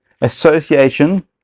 association